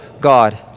God